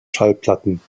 schallplatten